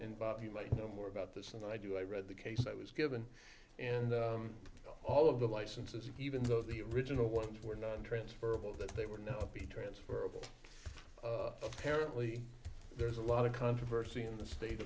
involve you might know more about this than i do i read the case i was given and all of the licenses even though the original ones were nontransferable that they were not be transferable apparently there's a lot of controversy in the state